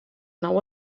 nou